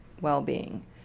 well-being